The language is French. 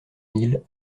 mille